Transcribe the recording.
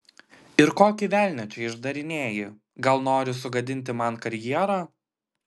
ir kokį velnią čia išdarinėji gal nori sugadinti man karjerą